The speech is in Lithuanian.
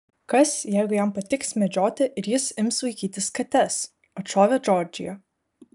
kas jeigu jam patiks medžioti ir jis ims vaikytis kates atšovė džordžija